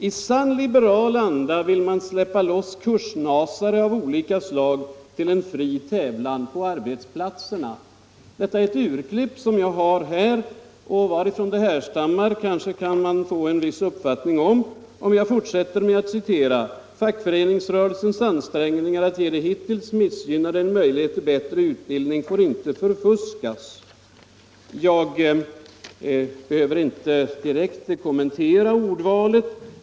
I sann liberal anda vill man släppa loss kursnasare av olika slag till en fri tävlan på arbetsplatserna.” Detta var alltså citat ur ett urklipp som jag har här, och varifrån det härstammar kanske man kan få en viss uppfattning om, ifall jag fortsätter att citera: ”Fackföreningsrörelsens ansträngningar att ge de hittills missgynnade en möjlighet till bättre utbildning får inte förfuskas.” Jag behöver inte direkt kommentera ordvalet.